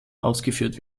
ausgeführt